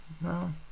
No